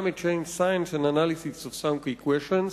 Climate Change Science: An Analysis of Some Key Questions.